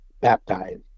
baptized